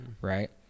right